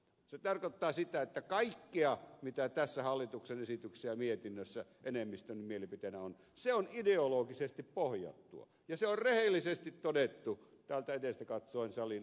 se tarkoittaa sitä että kaikki mitä tässä hallituksen esityksessä ja mietinnössä enemmistön mielipiteenä on on ideologisesti pohjattua ja se on rehellisesti todettu täältä edestä katsoen salin oikealta laidalta